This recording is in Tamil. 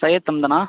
சையத் தந்தனா